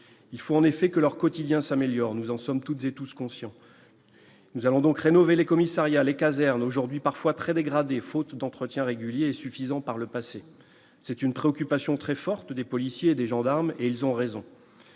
il faut en effet que leur quotidien s'améliore, nous en sommes toutes et tous conscients, nous allons donc rénover les commissariats, les casernes aujourd'hui parfois très dégradés faute d'entretien régulier suffisant par le passé, c'est une préoccupation très forte des policiers et des gendarmes, et ils ont raison.